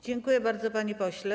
Dziękuję bardzo, panie pośle.